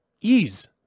ease